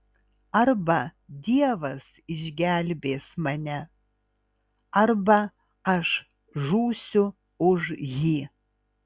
arba dievas išgelbės mane arba aš žūsiu už jį